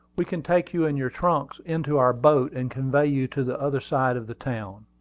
we can take you and your trunks into our boat, and convey you to the other side of the town.